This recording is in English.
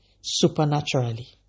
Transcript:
supernaturally